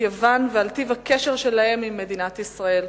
יוון ועל טיב הקשר שלהם עם מדינת ישראל.